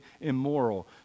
immoral